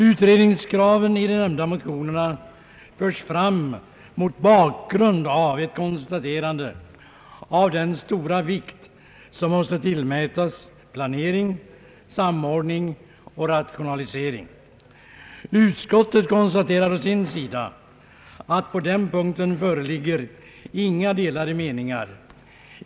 Utredningskraven i de nämnda motionerna förs fram mot bakgrund av ett konstaterande av den stora vikt som måste tillmätas planering, samordning och rationalisering. Utskottet konstaterar att det inte föreligger några delade meningar på den punkten.